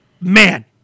Man